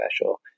special